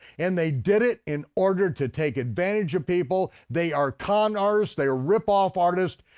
and they did it in order to take advantage of people, they are con artists, they are ripoff artists,